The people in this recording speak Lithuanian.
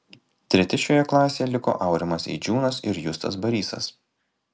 treti šioje klasėje liko aurimas eidžiūnas ir justas barysas